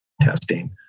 testing